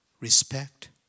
respect